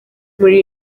muri